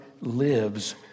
lives